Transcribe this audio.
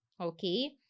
okay